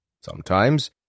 Sometimes